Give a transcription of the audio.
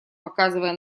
показывая